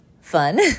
fun